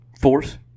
Force